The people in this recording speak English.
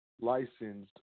licensed